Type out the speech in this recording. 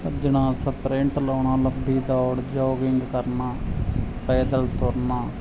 ਭੱਜਣਾ ਸਪਰਿੰਟ ਲਾਉਣਾ ਲੱਬੀ ਦੌੜ ਜੋਗਿੰਗ ਕਰਨਾ ਪੈਦਲ ਤੁਰਨਾ